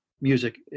music